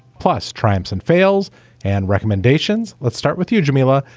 plus, triumphs and fails and recommendations. let's start with you, jameela.